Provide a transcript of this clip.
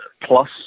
plus